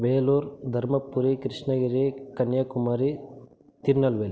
Vellore Dharmapuri Krishnagiri Kanyakumari Tirunelveli